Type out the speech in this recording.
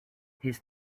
his